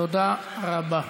תודה רבה.